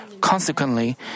Consequently